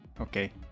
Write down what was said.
Okay